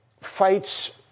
fights